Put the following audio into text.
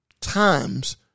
times